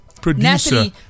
producer